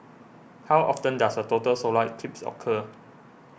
how often does a total solar eclipse occur